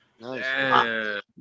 Nice